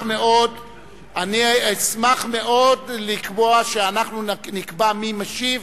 אני אשמח מאוד לקבוע שאנחנו נקבע מי משיב.